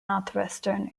northwestern